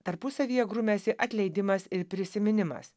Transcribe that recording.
tarpusavyje grumiasi atleidimas ir prisiminimas